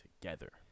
together